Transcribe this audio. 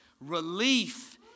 relief